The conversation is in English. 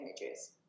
images